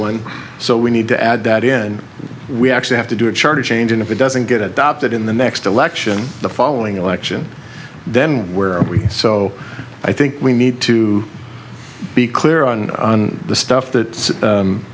one so we need to add that in we actually have to do a charter change and if it doesn't get adopted in the next election the following election then where are we so i think we need to be clear on the stuff that